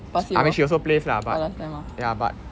I mean she also plays lah but ya but